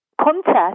contest